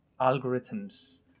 algorithms